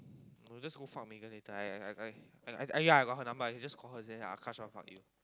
no just go fuck Megan later I I I yeah I got her number I just call her and just say Akash want to fuck you